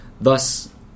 Thus